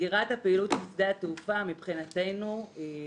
סגירת הפעילות של שדה התעופה מבחינתנו היא